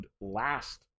last